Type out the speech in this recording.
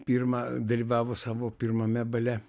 pirmą dalyvavo savo pirmame bale